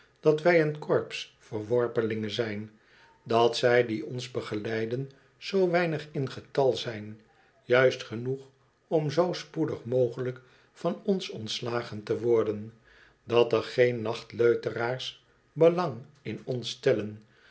dat wij een korps verworpelingen zijn dat zij die ons begeleiden zoo weinig in getal zijn juist genoeg om zoo spoedig mogelijk van ons ontslagen te worden dat er geen nachtleuteraars belang in ons stellen